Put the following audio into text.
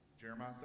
jeremiah